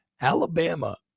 Alabama